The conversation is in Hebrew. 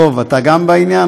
דב, אתה גם בעניין?